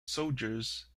soldiers